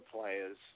players